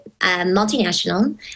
multinational